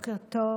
בוקר טוב,